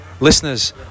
Listeners